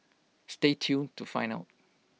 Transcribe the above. stay tuned to find out